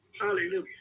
Hallelujah